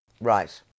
Right